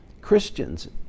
Christians